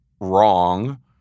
wrong